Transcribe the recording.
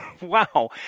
wow